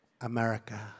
America